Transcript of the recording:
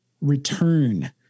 return